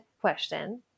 question